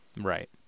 Right